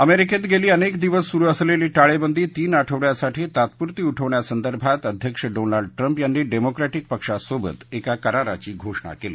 अमेरिकेत गेली अनेक दिवस सुरु असलेली टाळेबंदी तीन आठवडयासाठी तात्पुरती उठवण्यासंदर्भात अध्यक्ष डोनाल्ड ट्रम्प यांनी डेमोक्रविक पक्षासोबत एका कराराची घोषणा केली